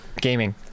gaming